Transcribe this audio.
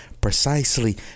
precisely